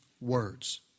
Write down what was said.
words